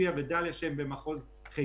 עוספייה ודליית אל כרמל שהם במחוז חיפה.